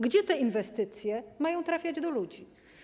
Gdzie te inwestycje mają trafiać do ludzie?